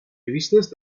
revistes